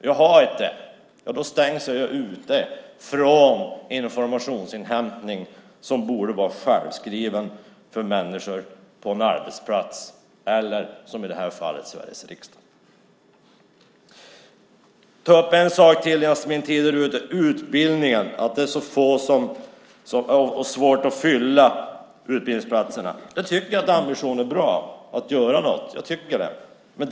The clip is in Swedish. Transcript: Om jag inte har det stängs jag ute från informationsinhämtning som borde vara självskriven för människor på en arbetsplats eller som i det här fallet Sveriges riksdag. Jag vill ta upp en sak till innan min talartid är ute. Det gäller utbildningen och att det är så svårt att fylla utbildningsplatserna. Ambitionen att göra någonting är bra.